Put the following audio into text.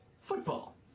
football